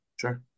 Sure